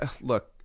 look